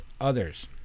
others